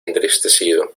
entristecido